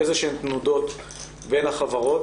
תנודות בין החברות,